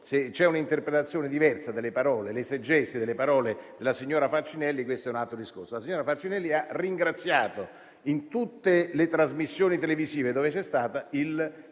se c'è un'interpretazione diversa delle parole, una esegesi delle parole della signora Falcinelli, questo è un altro discorso. La signora Falcinelli ha ringraziato il Governo e il consolato in tutte le trasmissioni televisive dove è stata.